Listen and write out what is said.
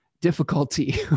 difficulty